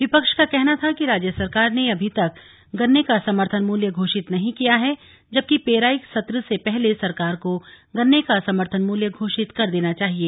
विपक्ष का कहना था कि राज्य सरकार ने अभी तक भी गन्ने का समर्थन मूल्य घोषित नहीं किया है जबकि पेराई सत्र से पहले सरकार को गन्ने का समर्थन मूल्य घोषित कर देना चाहिए